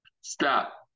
stop